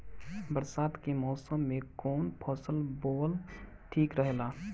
बरसात के मौसम में कउन फसल बोअल ठिक रहेला?